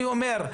אני אומר,